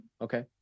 Okay